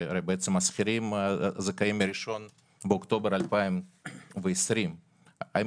הרי השכירים זכאים מה-1 באוקטובר 2020. האם